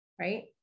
Right